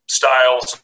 styles